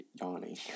yawning